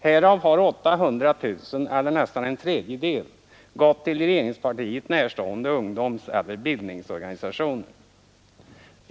Härav har 800 000 kronor tående ungdoms eller nästan en tredjedel gått till regeringspartiet nä eller bildningsorganisationer.